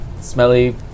smelly